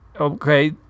okay